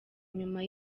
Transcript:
nyuma